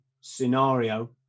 scenario